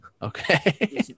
Okay